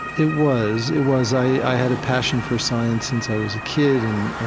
it was. it was. i had a passion for science since i was a kid and, ah